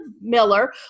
Miller